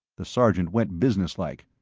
the sergeant went businesslike.